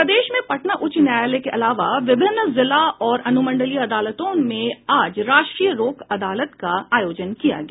प्रदेश में पटना उच्च न्यायालय के अलावा विभिन्न जिला और अनुमंडलीय अदालतों में आज राष्ट्रीय लोक अदालत का आयोजन किया गया